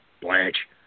Blanche